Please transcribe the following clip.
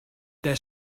their